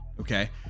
okay